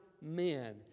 men